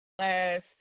last